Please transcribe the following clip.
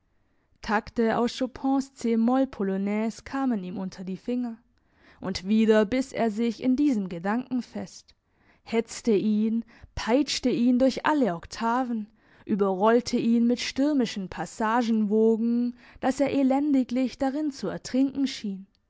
takte aus chopins c moll polonaise kamen ihm unter die finger und wieder biss er sich in diesem gedanken fest hetzte ihn peitschte ihn durch alle oktaven überrollte ihn mit stürmischen passagenwogen dass er elendiglich darin zu ertrinken schien